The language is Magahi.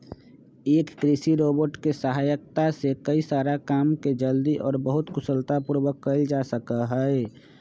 एक कृषि रोबोट के सहायता से कई सारा काम के जल्दी और बहुत कुशलता पूर्वक कइल जा सका हई